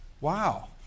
wow